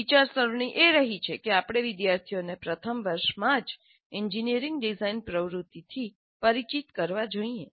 વિચારસરણી એ રહી છે કે આપણે વિદ્યાર્થીઓને પ્રથમ વર્ષમાં જ એન્જિનિયરિંગ ડિઝાઇન પ્રવૃત્તિથી પરિચિત કરવા જોઈએ